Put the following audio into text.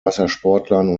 wassersportlern